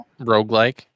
roguelike